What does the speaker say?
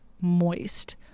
moist